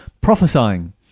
prophesying